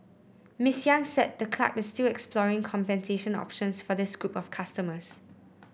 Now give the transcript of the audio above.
Miss Yang said the club is still exploring compensation options for this group of customers